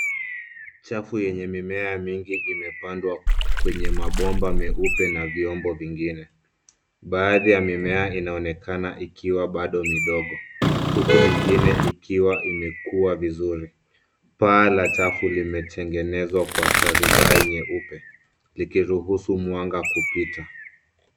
Safu yenye mimea mingi imepandwa kwenye mabomba meupe na vyombo vingine. Baadhi ya mimea inaonekana ikiwa bado midogo huku mingine ikiwa imekua vizuri. Paa la chafu limetengenezwa kwa tarubai nyeupe likiruhusu mwanga kupita.